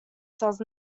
cells